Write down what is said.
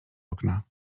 okna